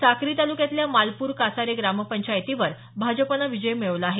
साक्री तालुक्यातल्या मालपूर कासारे ग्राम पंचायतीवर भाजपनं विजय मिळवला आहे